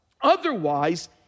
Otherwise